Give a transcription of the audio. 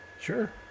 sure